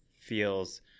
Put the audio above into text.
feels